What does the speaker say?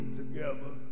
together